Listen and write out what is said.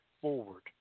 forward